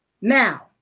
Now